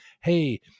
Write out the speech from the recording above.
hey